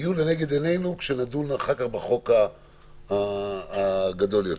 יהיו לנגד עיניו כשנדון אחר כך בחוק הגדול יותר.